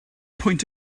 pwynt